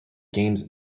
games